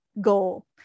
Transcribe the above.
goal